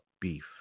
beef